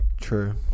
True